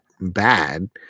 bad